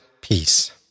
peace